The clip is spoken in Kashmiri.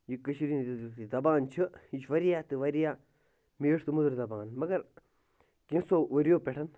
یہِ کٔشیٖرِ ہٕنٛز یُس یہِ زَبان چھِ یہِ چھِ واریاہ تہٕ واریاہ میٖٹھ تہٕ مٔدٕر زَبان مگر کینٛژھو ؤرۍیَو پٮ۪ٹھ